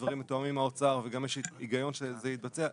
ודברים מתואמים עם האוצר וגם יש היגיון שזה יתבצע,